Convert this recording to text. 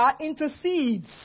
intercedes